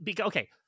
Okay